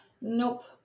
Nope